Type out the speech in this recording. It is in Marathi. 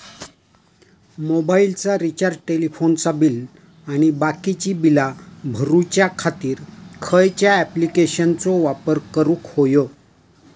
मोबाईलाचा रिचार्ज टेलिफोनाचा बिल आणि बाकीची बिला भरूच्या खातीर खयच्या ॲप्लिकेशनाचो वापर करूक होयो?